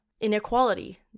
inequality